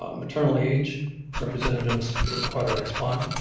um maternal age represented in the quadratic spline.